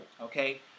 Okay